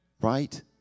right